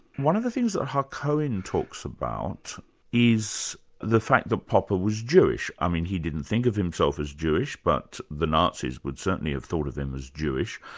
one of the things that hacohen talks about is the fact that popper was jewish. i mean he didn't think of himself as jewish, but the nazis would certainly have thought of him as jewish,